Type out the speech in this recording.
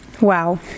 Wow